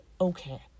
okay